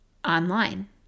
online